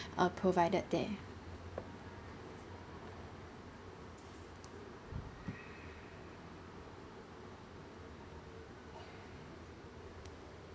uh provided there